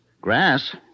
Grass